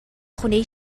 خونه